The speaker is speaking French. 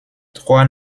trois